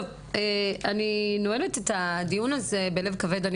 אני נועלת את הדיון הזה בלב כבד.